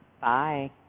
Bye